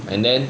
and then